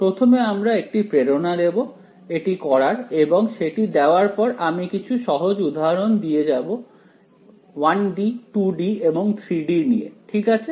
প্রথমে আমরা এটি করার একটি প্রেরণা দেব এবং সেটি দেওয়ার পর আমি 1D 2D এবং 3D এর উপর কিছু সহজ উদাহরণ নিয়ে কাজ করব ঠিক আছে